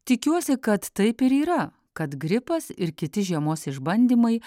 tikiuosi kad taip ir yra kad gripas ir kiti žiemos išbandymai